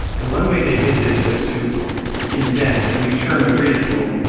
and one way they did this was to invent a new term of ridicule,